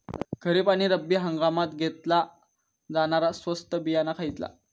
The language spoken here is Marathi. खरीप आणि रब्बी हंगामात घेतला जाणारा स्वस्त बियाणा खयला?